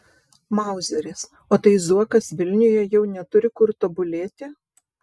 mauzeris o tai zuokas vilniuje jau neturi kur tobulėti